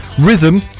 Rhythm